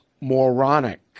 moronic